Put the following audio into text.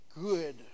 good